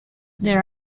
there